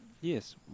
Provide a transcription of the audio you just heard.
Yes